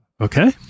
Okay